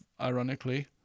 ironically